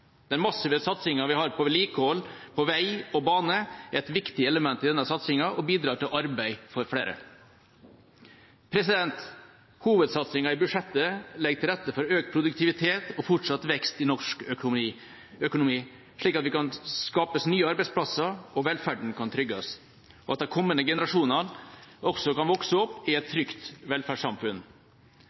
Den massive satsingen vi har på vedlikehold av vei og bane, er et viktig element i denne satsingen og bidrar til arbeid for flere. Hovedsatsingen i budsjettet legger til rette for økt produktivitet og fortsatt vekst i norsk økonomi, slik at det kan skapes nye arbeidsplasser og velferden kan trygges, slik at de kommende generasjonene også kan vokse opp i et trygt velferdssamfunn.